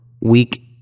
weak